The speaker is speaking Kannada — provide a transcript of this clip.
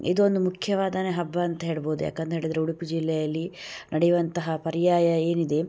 ಇದೊಂದು ಮುಖ್ಯವಾದ ಹಬ್ಬಅಂತ ಹೇಳ್ಬೋದು ಯಾಕಂತೇಳಿದರೆ ಉಡುಪಿ ಜಿಲ್ಲೆಯಲ್ಲಿ ನಡೆಯುವಂತಹ ಪರ್ಯಾಯ ಏನಿದೆ